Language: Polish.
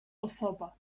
osoba